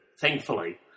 thankfully